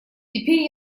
теперь